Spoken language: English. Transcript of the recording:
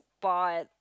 but